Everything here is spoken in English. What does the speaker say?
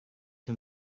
him